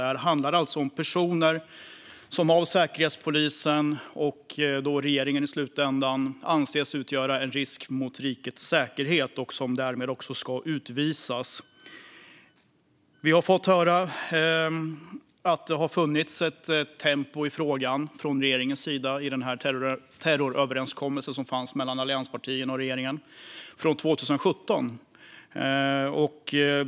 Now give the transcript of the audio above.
Detta handlar alltså om personer som av Säkerhetspolisen, och i slutändan regeringen, anses utgöra en risk för rikets säkerhet och därmed ska utvisas. Vi har fått höra att man från regeringens sida har hållit tempot i frågan, genom terroröverenskommelsen från 2017 mellan allianspartierna och regeringen.